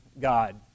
God